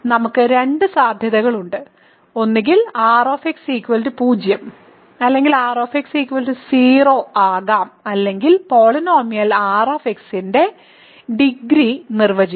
നമുക്ക് രണ്ട് സാധ്യതകളുണ്ട് ഒന്നുകിൽ r 0 അല്ലെങ്കിൽ r 0 ആകാം അല്ലെങ്കിൽ പോളിനോമിയൽ r ന്റെ ഡിഗ്രി നിർവചിക്കാം